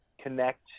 connect